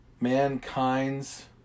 mankind's